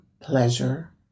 pleasure